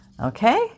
Okay